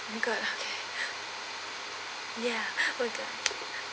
you god okay ya